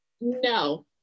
No